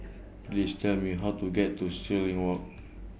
Please Tell Me How to get to Stirling Walk